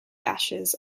ashes